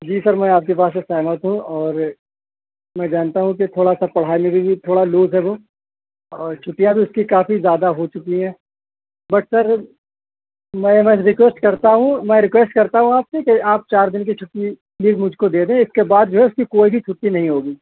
جی sir میں آپ کی بات سے سہمت ہوں اور میں جانتا ہوں کہ تھوڑا سا پڑھائی میں بھی تھوڑا لوز ہے وہ اور چھٹیاں بھی اس کی کافی زیادہ ہو چکی ہیں بٹ سر میں نا ریکویسٹ کرتا ہوں میں ریکویسٹ کرتا ہوں آپ سے کہ آپ چار دن کی چھٹی پلیز مجھ کو دے دیں اس کے بعد جو ہے اس کی کوئی بھی چھٹی نہیں ہوگی